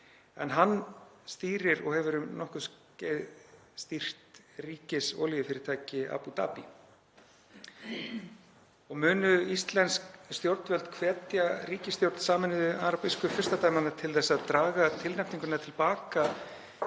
en hann stýrir og hefur um nokkurt skeið stýrt ríkisolíufyrirtæki Abú Dabí. Munu íslensk stjórnvöld hvetja ríkisstjórn Sameinuðu arabísku furstadæmanna til að draga tilnefninguna til baka